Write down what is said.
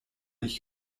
ich